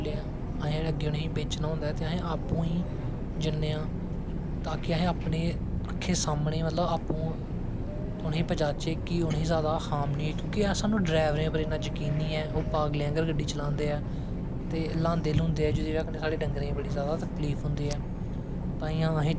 एह् चीजां जेहड़ियां साढ़ी दादी परदादियां करदी होंदी ही एह् साढ़ी बड़ी पैहले दी आर्ट एंड कराफ्ट साढ़ी जेहड़ी चलदी आरदी ऐ ते उस टाइम उप्पर जेहड़ी साढ़ी दादी परदादियां उनें बाहर दा ते है नी कड्ढेआ जंदा हा ते ओह् बचारियां केह् करदियां हियां कि घर बैठी ऐ अपना थोह्ड़ा बहुता खर्चा जेहड़ी है नी इत्थूं कड्ढी लैंदी ही बुनाई च स्बेटर बुनी लै